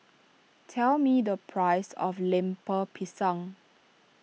tell me the price of Lemper Pisang